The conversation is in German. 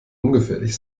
ungefährlich